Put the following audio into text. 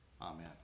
amen